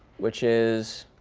which is